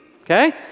okay